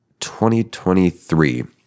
2023